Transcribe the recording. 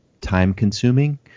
time-consuming